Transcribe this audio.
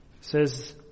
says